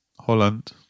Holland